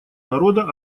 народа